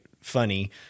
funny